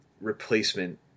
replacement